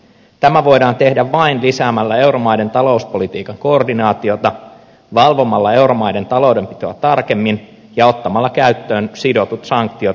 tämä voidaan tehdä vain lisäämällä euromaiden talouspolitiikan koordinaatiota valvomalla euromaiden taloudenpitoa tarkemmin ja ottamalla käyttöön sidotut sanktiot rikkurimaille